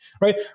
Right